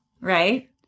right